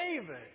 David